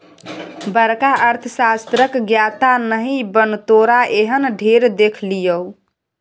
बड़का अर्थशास्त्रक ज्ञाता नहि बन तोरा एहन ढेर देखलियौ